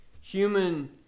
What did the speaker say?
human